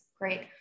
great